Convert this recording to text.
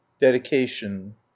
DEDICATION